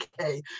okay